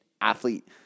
athlete